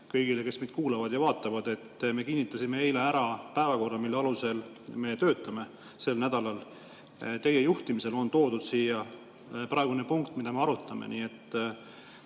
kõigile, kes meid kuulavad ja vaatavad, et me kinnitasime eile ära päevakorra, mille alusel me töötame sel nädalal. Teie juhtimisel on toodud siia praegune punkt, mida me arutame, nii et